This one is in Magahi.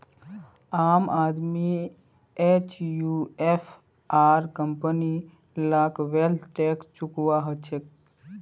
आम आदमी एचयूएफ आर कंपनी लाक वैल्थ टैक्स चुकौव्वा हछेक